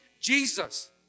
Jesus